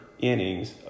innings